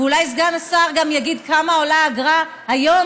ואולי סגן השר גם יגיד כמה עולה אגרה היום,